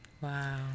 Wow